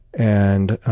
and